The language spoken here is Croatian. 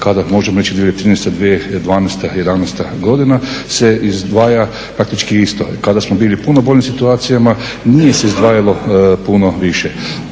kada možemo reći 2013., 2012., jedanaesta godina se izdvaja faktički isto. Kada smo bili u puno boljim situacijama nije se izdvajalo puno više.